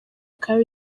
akaba